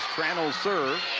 tranel serves.